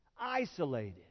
Isolated